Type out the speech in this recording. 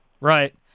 right